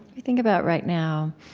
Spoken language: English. i think about right now,